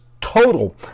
total